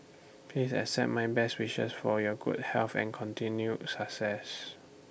please accept my best wishes for your good health and continued success